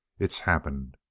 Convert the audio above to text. it's happened!